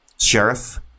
sheriff